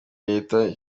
leta